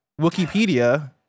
Wikipedia